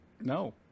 No